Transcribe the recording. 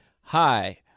Hi